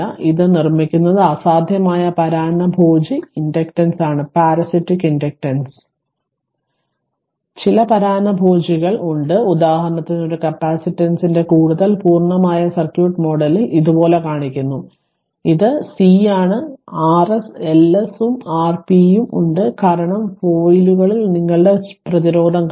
ഇത് നിർമ്മിക്കുന്നത് അസാധ്യമായ പരാന്നഭോജി ഇൻഡക്റ്റൻസികളാണ് അതിനാൽ ചില പരാന്നഭോജികൾ ഉണ്ട് ഉദാഹരണത്തിന് ഒരു കപ്പാസിറ്ററിന്റെ കൂടുതൽ പൂർണ്ണമായ സർക്യൂട്ട് മോഡലിൽ ഇതുപോലെ കാണിക്കുന്നു ഇത് എന്റെ C ആണ് പക്ഷേ Rs Ls ഉം Rp ഉം ഉണ്ട് കാരണം ഫോയിലുകളിൽ നിങ്ങളുടെ ചില പ്രതിരോധം കാണും